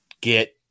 get